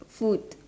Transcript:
food